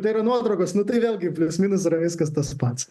jei yra nuotraukos na tai vėlgi plius minus yra viskas tas pats